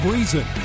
Reason